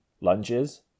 lunges